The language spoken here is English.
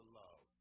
love